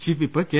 chief whip K